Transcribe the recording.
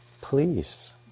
please